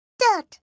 dirt!